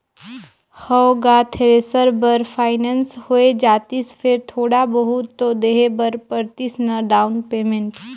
हव गा थेरेसर बर फाइनेंस होए जातिस फेर थोड़ा बहुत तो देहे बर परतिस ना डाउन पेमेंट